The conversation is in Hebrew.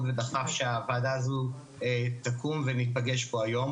ודחף שהוועדה הזו תקום וניפגש פה היום.